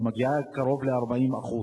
היא מגיעה קרוב ל-40%,